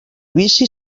vici